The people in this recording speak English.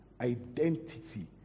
identity